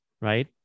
Right